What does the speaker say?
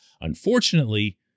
Unfortunately